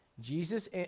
Jesus